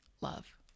love